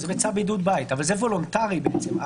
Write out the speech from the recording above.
זה וולונטרי.